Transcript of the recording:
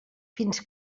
fins